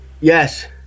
Yes